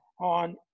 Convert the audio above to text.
on